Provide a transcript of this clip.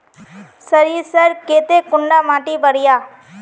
सरीसर केते कुंडा माटी बढ़िया?